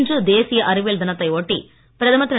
இன்று தேசிய அறிவியல் தினத்தை ஒட்டி பிரதமர் திரு